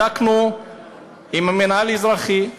בדקנו עם המינהל האזרחי,